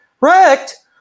wrecked